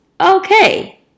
okay